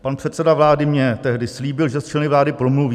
Pan předseda vlády mně tehdy slíbil, že s členy vlády promluví.